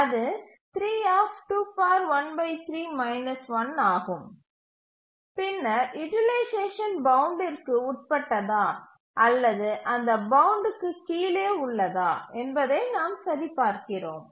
அது ஆகும் பின்னர் யூட்டிலைசேஷன் பவுண்ட்டிற்கு உட்பட்டதா அல்லது அந்த பவுண்ட் க்கு கீழே உள்ளதா என்பதை நாம் சரிபார்க்கிறோம்